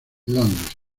londres